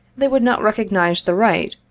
they would not recognize the right,